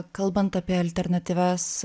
kalbant apie alternatyvias